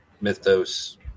mythos